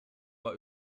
war